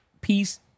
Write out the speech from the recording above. Peace